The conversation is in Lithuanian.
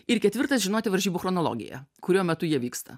ir ketvirtas žinoti varžybų chronologiją kuriuo metu jie vyksta